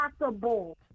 impossible